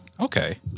Okay